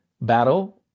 battle